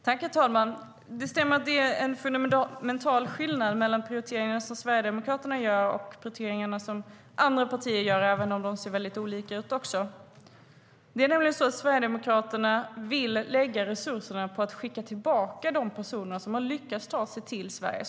Herr talman! Det stämmer att det finns en fundamental skillnad mellan de prioriteringar som Sverigedemokraterna gör och de prioriteringar som andra partier gör, även om också de ser väldigt olika ut. Sverigedemokraterna vill lägga resurserna på att skicka tillbaka de personer som lyckats ta sig till Sverige.